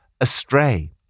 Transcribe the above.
astray